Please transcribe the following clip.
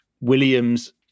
William's